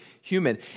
human